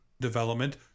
development